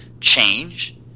change